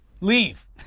leave